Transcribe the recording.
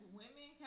women